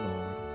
Lord